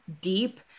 deep